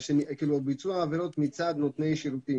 ביצוע עבירות מצד נותני שירותים.